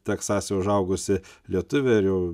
teksase užaugusi lietuvė ir jau